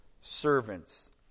servants